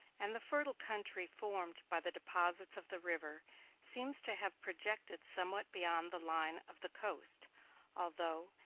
and the fertile country formed by the deposits of the river seems to have projected somewhat beyond the line of the coast although,